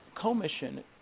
Commission